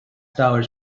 dollars